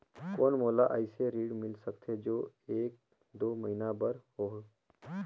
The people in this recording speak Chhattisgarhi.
कौन मोला अइसे ऋण मिल सकथे जो एक दो महीना बर हो?